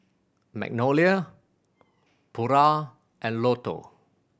Magnolia Pura and Lotto